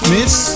Miss